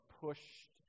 pushed